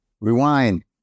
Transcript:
Rewind